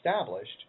established